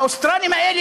האוסטרלים האלה,